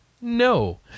No